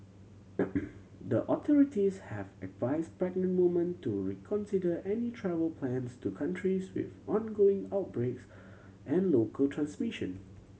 the authorities have advised pregnant women to reconsider any travel plans to countries with ongoing outbreaks and local transmission